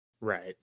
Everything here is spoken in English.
Right